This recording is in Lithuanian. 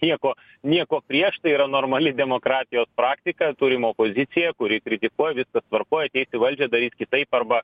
nieko nieko prieš tai yra normali demokratijos praktika turima opoziciją kuri kritikuoj viskas tvarkoj ateis į valdžią darys kitaip arba